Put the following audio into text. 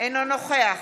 אינו נוכח